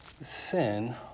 Sin